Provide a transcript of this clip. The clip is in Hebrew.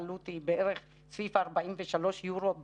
העלות היא בערך סביב 43 יורו בדיקה,